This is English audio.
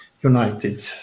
united